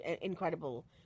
incredible